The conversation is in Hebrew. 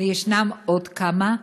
ויש עוד כמה,